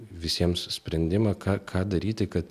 visiems sprendimą ką ką daryti kad